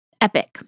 epic